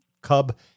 cub